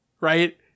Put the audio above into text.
right